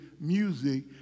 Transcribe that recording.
music